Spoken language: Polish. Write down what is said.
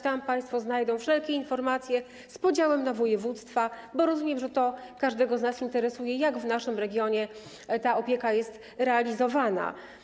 Tam państwo znajdą wszelkie informacje z podziałem na województwa, bo rozumiem, że każdego z nas interesuje, jak w naszym regionie ta opieka jest realizowana.